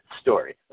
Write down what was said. story